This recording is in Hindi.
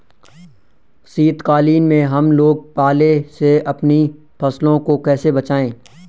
शीतकालीन में हम लोग पाले से अपनी फसलों को कैसे बचाएं?